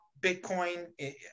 Bitcoin